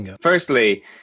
firstly